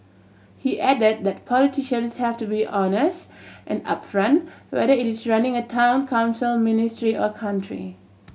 he added that politicians have to be honest and upfront whether it is running a Town Council ministry or country